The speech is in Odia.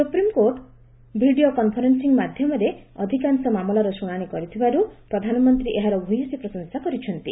ସୁପ୍ରିମ୍କୋର୍ଟ ଭିଡ଼ିଓ କନ୍ଫରେନ୍ସିଂ ମାଧ୍ୟମରେ ଅଧିକାଂଶ ମାମଲାର ଶୁଣାଣି କରିଥିବାରୁ ପ୍ରଧାନମନ୍ତ୍ରୀ ଏହାର ଭୂୟସୀ ପ୍ରଶଂସା କରିଛନ୍ତି